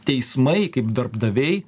teismai kaip darbdaviai